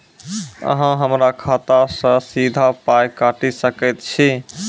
अहॉ हमरा खाता सअ सीधा पाय काटि सकैत छी?